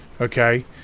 Okay